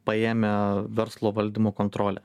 paėmę verslo valdymo kontrolę